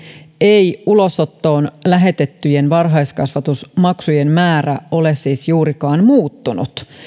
ei ulosottoon lähetettyjen varhaiskasvatusmaksujen määrä ole siis juurikaan muuttunut